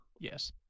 Yes